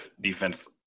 defense